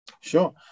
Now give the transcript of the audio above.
Sure